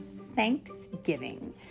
Thanksgiving